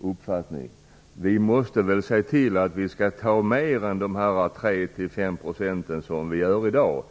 uppfattning. Vi måste väl se till att ta mer än de 3 5 % vi gör i dag?